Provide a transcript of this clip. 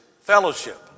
fellowship